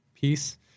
piece